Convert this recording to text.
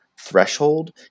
threshold